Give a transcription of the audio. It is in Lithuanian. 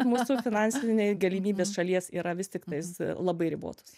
mūsų finansiniai galimybės šalies yra vis tiktais labai ribotos